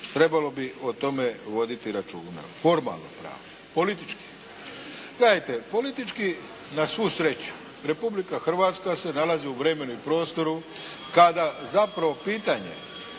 trebalo bi o tome voditi računa, formalnopravno, politički. Gledajte, politički, na svu sreću, Republika Hrvatska se nalazi u vremenu i prostoru kada zapravo pitanje